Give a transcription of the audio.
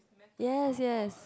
yes yes